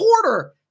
quarter